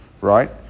right